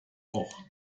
auch